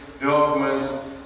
dogmas